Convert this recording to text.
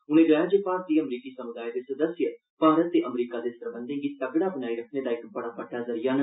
उन्ने गलाया जे भारती अमरीकी सम्दाय दे सदस्य भारत ते अमरीका दे सरबंधें गी तगड़ा बनाई रक्खने दा इक बड़ा बड़डा ज़रिया न